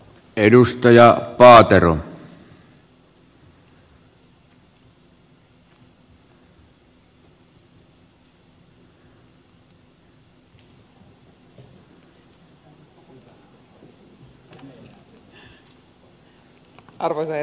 arvoisa herra puhemies